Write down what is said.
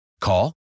Call